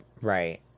Right